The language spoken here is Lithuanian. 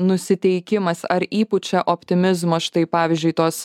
nusiteikimas ar įpučia optimizmo štai pavyzdžiui tos